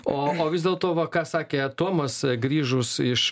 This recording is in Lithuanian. o o vis dėlto va ką sakė tomas grįžus iš